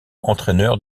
entraîneur